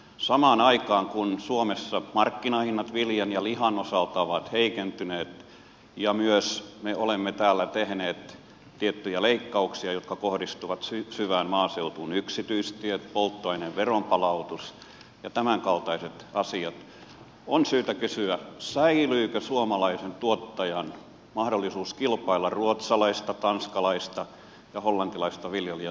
samaan aikaan kun suomessa markkinahinnat viljan ja lihan osalta ovat heikentyneet ja myös me olemme täällä tehneet tiettyjä leikkauksia jotka kohdistuvat syvään maaseutuun yksityistiet polttoaineveron palautus ja tämänkaltaiset asiat on syytä kysyä säilyykö suomalaisen tuottajan mahdollisuus kilpailla ruotsalaista tanskalaista ja hollantilaista viljelijää vastaan